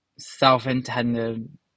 self-intended